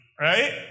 right